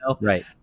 right